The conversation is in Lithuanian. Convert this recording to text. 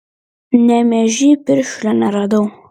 nemėžy piršlio neradau